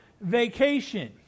vacation